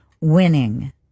winning